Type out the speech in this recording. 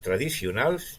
tradicionals